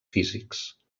físics